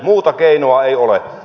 muuta keinoa ei ole